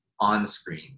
on-screen